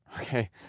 okay